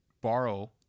borrow